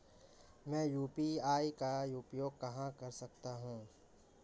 मैं यू.पी.आई का उपयोग कहां कर सकता हूं?